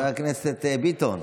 חבר הכנסת ביטון,